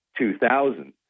2000